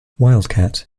wildcat